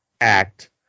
act